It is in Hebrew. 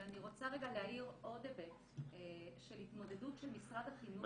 ואני רוצה רגע להאיר עוד היבט של התמודדות של משרד החינוך.